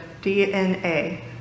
DNA